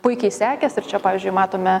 puikiai sekėsi ir čia pavyzdžiui matome